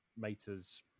maters